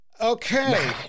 Okay